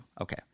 Okay